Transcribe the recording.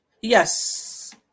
Yes